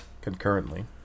concurrently